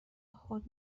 خود